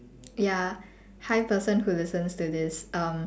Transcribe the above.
ya hi person who listens to this uh